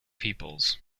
peoples